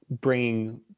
bringing